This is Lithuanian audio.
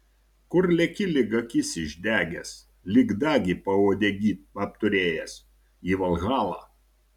kur leki lyg akis išdegęs lyg dagį pauodegy apturėjęs į valhalą